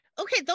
okay